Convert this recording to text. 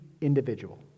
individual